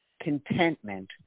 contentment